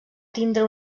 tindre